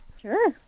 Sure